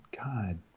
God